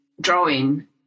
drawing